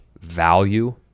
Value